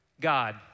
God